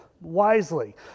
wisely